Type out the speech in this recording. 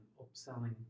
upselling